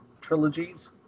trilogies